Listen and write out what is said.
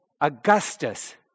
Augustus